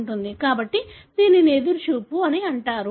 కాబట్టి దీనిని ఎదురుచూపు అంటారు